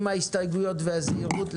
עם ההסתייגויות והזהירות,